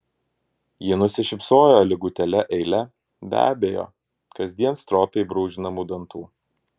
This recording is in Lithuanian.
ji nusišypsojo lygutėle eile be abejo kasdien stropiai brūžinamų dantų